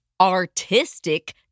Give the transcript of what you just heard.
artistic